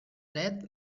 dret